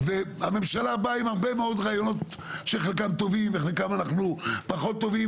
והממשלה באה עם הרבה מאוד רעיונות שחלקם טובים וחלקם פחות טובים,